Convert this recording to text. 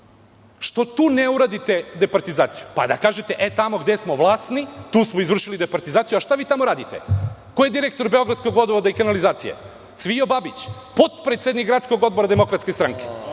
što tu ne uradite departizaciju, pa da kažete, tamo gde smo vlasni, tu smo izvršili departizaciju, a šta vi tamo radite? Ko je direktor Beogradskog vodovoda i kanalizacije? Cvijo Babić, potpredsednik Gradskog odbora DS i sada kada je